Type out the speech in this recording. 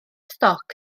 stoc